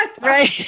Right